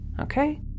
okay